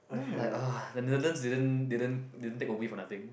then I like !ugh! didn't didn't didn't take away for nothing